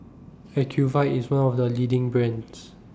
Ocuvite IS one of The leading brands